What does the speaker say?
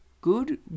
good